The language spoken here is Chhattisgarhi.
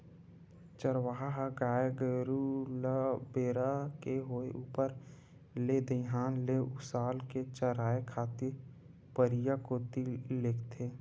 चरवाहा ह गाय गरु ल बेरा के होय ऊपर ले दईहान ले उसाल के चराए खातिर परिया कोती लेगथे